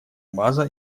база